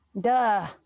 Duh